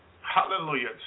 Hallelujah